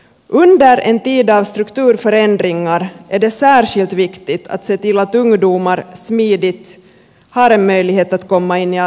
under en tid av strukturförändringar är det särskilt viktigt att se till att ungdomar smidigt har en möjlighet att komma in i arbetslivet